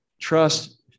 trust